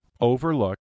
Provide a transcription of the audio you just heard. overlook